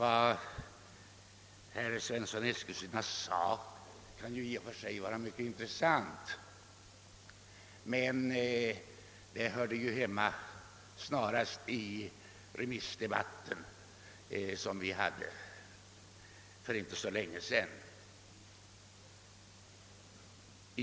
Vad herr Svensson i Eskilstuna sade kan i och för sig vara mycket intressant, men det hörde ju hemma snarast i den remissdebatt som vi hade för inte så länge sedan.